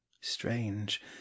strange